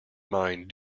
mind